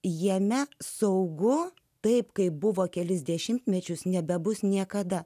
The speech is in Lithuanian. jame saugu taip kaip buvo kelis dešimtmečius nebebus niekada